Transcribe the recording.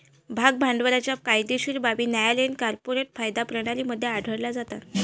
भाग भांडवलाच्या कायदेशीर बाबी न्यायालयीन कॉर्पोरेट कायदा प्रणाली मध्ये हाताळल्या जातात